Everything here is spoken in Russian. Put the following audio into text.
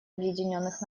объединенных